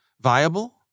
viable